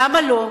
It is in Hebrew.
למה לא.